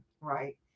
Right